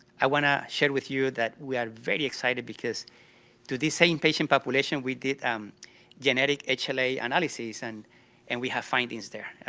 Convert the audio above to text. i want to share with you that we are very excited because to this same patient population, we did um genetic hla analysis and and we have findings there,